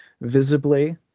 visibly